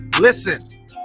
Listen